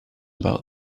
about